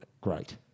great